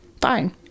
Fine